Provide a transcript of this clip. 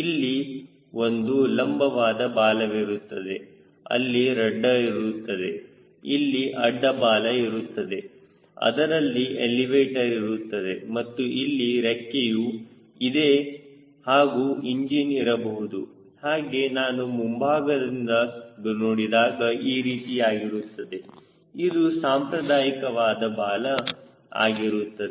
ಇಲ್ಲಿ ಒಂದು ಲಂಬವಾದ ಬಾಲವಿರುತ್ತದೆ ಅಲ್ಲಿ ರಡ್ಡರ್ ಇರುತ್ತದೆ ಇಲ್ಲಿ ಅಡ್ಡ ಬಾಲ ಇರುತ್ತದೆ ಅದರಲ್ಲಿ ಎಲಿವೇಟರ್ ಇರುತ್ತದೆ ಮತ್ತು ಇಲ್ಲಿ ರೆಕ್ಕೆಯು ಇದೆ ಹಾಗೂ ಇಂಜಿನ್ ಇರಬಹುದು ಹಾಗೆ ನಾನು ಮುಂಭಾಗದಿಂದ ನೋಡಿದಾಗ ಈ ರೀತಿಯಾಗಿರುತ್ತದೆ ಇದು ಸಾಂಪ್ರದಾಯಿಕವಾದ ಬಾಲ ಆಗಿರುತ್ತದೆ